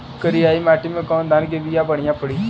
करियाई माटी मे कवन धान के बिया बढ़ियां पड़ी?